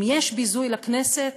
אם יש ביזוי לכנסת,